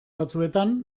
batzuetan